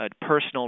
personal